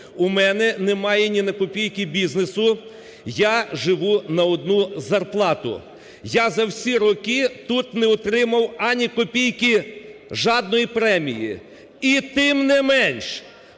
У мене немає ні на копійки бізнесу, я живу на одну зарплату. Я за всі роки тут не отримав ані копійки жодної премії. І, тим не менш,